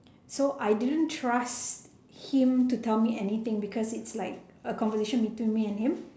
so I didn't trust him to tell me anything because it's like a conversation between me and him